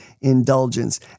indulgence